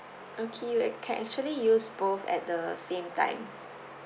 okay we can actually use both at the same time